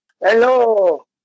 Hello